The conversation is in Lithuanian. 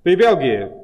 tai vėlgi